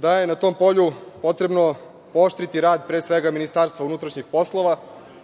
da je na tom polju potrebno pooštriti rad, pre svega MUP, čiji je posao